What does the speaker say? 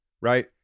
right